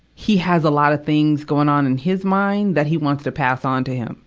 he has a lot of things going on in his mind, that he wants to pass on to him,